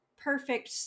perfect